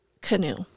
canoe